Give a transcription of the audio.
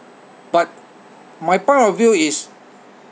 but my point of view is